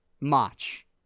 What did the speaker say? March